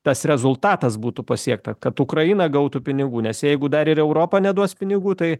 tas rezultatas būtų pasiekta kad ukraina gautų pinigų nes jeigu dar ir europa neduos pinigų tai